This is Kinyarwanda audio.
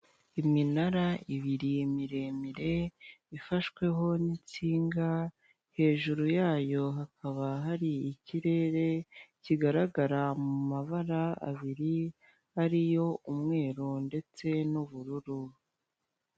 Iminara ibiri miremire ifashweho n'insinga, hejuru yayo hakaba hari ikirere kigaragara mumabara abiri ariyo umweru ndetse n'ubururu.